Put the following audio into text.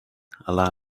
allow